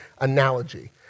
analogy